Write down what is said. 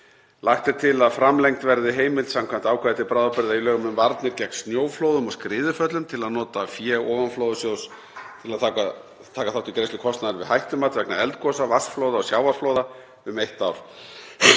Lagt er til að framlengd verði heimild samkvæmt ákvæði til bráðabirgða í lögum um varnir gegn snjóflóðum og skriðuföllum til að nota fé ofanflóðasjóðs til að taka þátt í greiðslu kostnaðar við hættumat vegna eldgosa, vatnsflóða og sjávarflóða um eitt ár